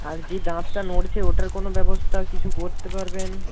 আর যে দাঁতটা নড়ছে ওটার কোনো ব্যবস্থা কিছু করতে পারবেন